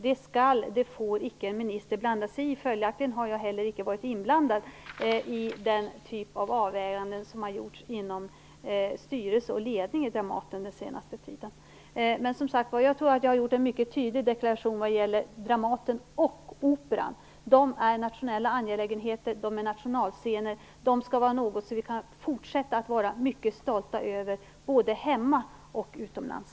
Det skall och får icke en minister blanda sig i. Följaktligen har jag heller inte varit inblandad i den typ av avvägningar som under den senaste tiden har gjorts inom styrelse och ledning för Dramaten. Men, som sagt var, jag tror att jag har gjort en mycket tydlig deklaration vad gäller Dramaten och Operan. De är nationella angelägheter. De är nationalscener. Vi skall kunna fortsätta att vara stolta över dem, både hemma och utomlands!